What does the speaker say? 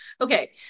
Okay